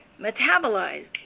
metabolized